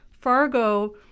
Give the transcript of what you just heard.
Fargo